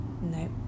no